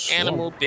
animal